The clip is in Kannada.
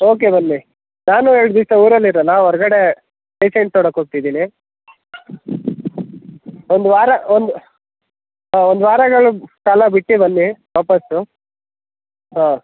ಓಕೆ ಬನ್ನಿ ನಾನು ಎರಡು ದಿವಸ ಊರಲ್ಲಿ ಇರಲ್ಲ ಹೊರ್ಗಡೆ ಪೇಷಂಟ್ ನೋಡೋಕ್ ಹೋಗ್ತಿದಿನಿ ಒಂದು ವಾರ ಒಂದು ಹಾಂ ಒಂದು ವಾರಗಳು ಕಾಲ ಬಿಟ್ಟು ಬನ್ನಿ ವಾಪಸ್ಸು ಹಾಂ